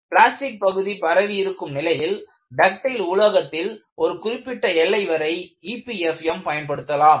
plastic பகுதி பரவி இருக்கும் நிலையில் டக்டைல் உலோகத்தில் ஒரு குறிப்பிட்ட எல்லை வரை EPFM பயன்படுத்தலாம்